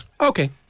Okay